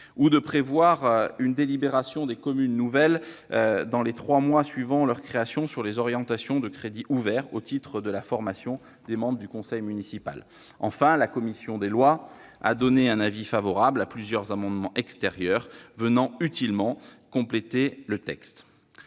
ou de prévoir une délibération des communes nouvelles dans les trois mois suivant leur création sur les orientations et crédits ouverts au titre de la formation des membres du conseil municipal. Enfin, la commission des lois a donné un avis favorable à plusieurs amendements extérieurs qui complètent utilement le texte.